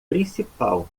principal